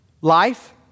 life